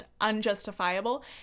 unjustifiable